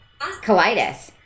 colitis